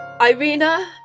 Irina